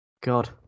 God